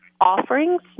offerings